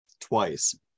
twice